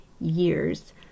years